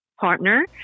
partner